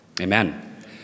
Amen